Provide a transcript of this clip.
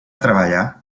treballar